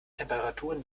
temperaturen